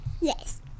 Yes